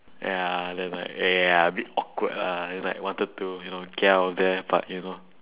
ya then like ya a bit awkward lah it's like wanted to you know get out of there but you know